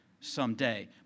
someday